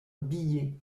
billet